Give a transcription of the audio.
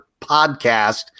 podcast